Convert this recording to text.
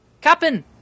Captain